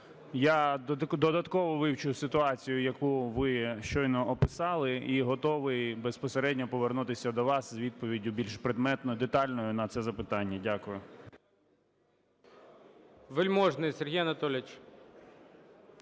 Я додатково вивчу ситуацію, яку ви щойно описали. І готовий безпосередньо повернутися до вас з відповіддю більш предметною і детальною на це запитання. ГОЛОВУЮЧИЙ. Вельможний Сергій Анатолійович.